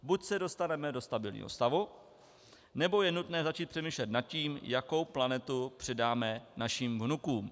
Buď se dostaneme do stabilního stavu, nebo je nutné začít přemýšlet nad tím, jakou planetu předáme našim vnukům.